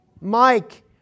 Mike